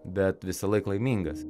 bet visąlaik laimingas